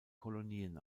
kolonien